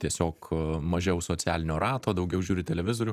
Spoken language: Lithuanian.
tiesiog mažiau socialinio rato daugiau žiūri televizorių